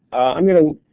i'm going to.